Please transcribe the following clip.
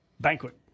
Banquet